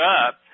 up